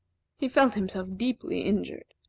he felt himself deeply injured.